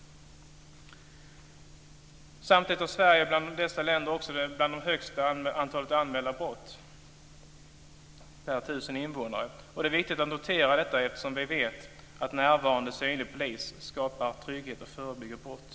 Samtidigt är Sverige det land bland dessa länder som har det högsta antalet anmälda brott per 1 000 invånare. Det är viktigt att notera detta eftersom vi vet att en närvarande synlig polis skapar trygghet och förebygger brott.